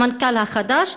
למנכ"ל החדש,